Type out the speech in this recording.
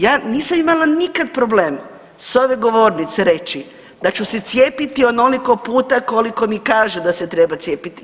Ja nisam imala nikad problem s ove govornice reći da ću se cijepiti onoliko puta koliko mi kaže da se treba cijepiti.